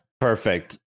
Perfect